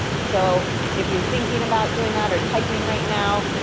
so if you're thinking about doing that or typing right now,